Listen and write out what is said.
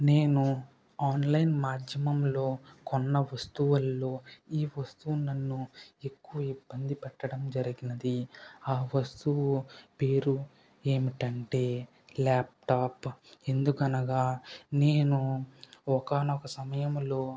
నేను ఆన్లైన్ మాధ్యమంలో కొన్న వస్తువుల్లో ఈ వస్తువు నన్ను ఎక్కువ ఇబ్బంది పెట్టడం జరిగింది ఆ వస్తువు పేరు ఏమిటంటే ల్యాప్టాప్ ఎందుకనగా నేను ఒకానొక సమయంలో